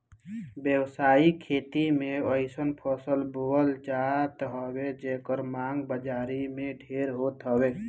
व्यावसायिक खेती में अइसन फसल बोअल जात हवे जेकर मांग बाजारी में ढेर होत हवे